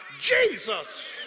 Jesus